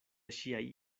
ŝiaj